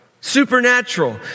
supernatural